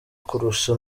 kurusha